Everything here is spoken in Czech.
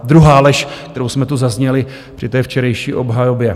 Druhá lež, kterou jsme tu zaslechli při té včerejší obhajobě.